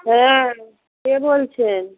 হ্যাঁ কে বলছেন